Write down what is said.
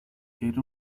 era